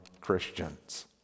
Christians